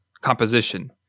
composition